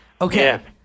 Okay